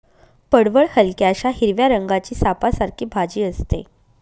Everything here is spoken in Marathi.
पडवळ हलक्याशा हिरव्या रंगाची सापासारखी भाजी असते